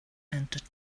entered